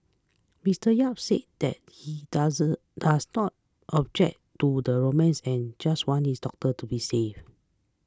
Mister Yap said that he does does not object to the romance and just wants his doctor to be safe